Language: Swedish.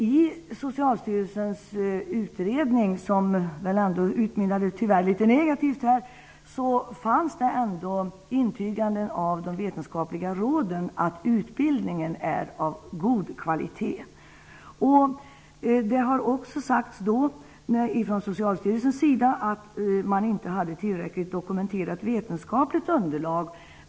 I Socialstyrelsens utredning, som tyvärr utmynnade i någonting litet negativt, fanns det ändå med intyganden av de vetenskapliga råden om att utbildningen är av god kvalitet. Enligt Socialstyrelsen hade man inte något tillräckligt vetenskapligt dokumenterat underlag.